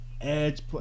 edge